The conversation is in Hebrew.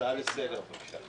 הצעה לסדר.